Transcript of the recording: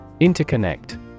Interconnect